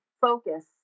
focus